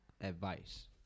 Advice